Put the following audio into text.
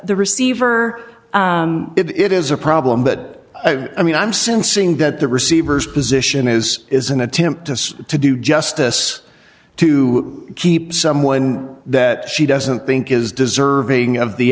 the receiver it is a problem but i mean i'm sensing that the receiver's position is is an attempt to to do justice to keep someone that she doesn't think is deserving of the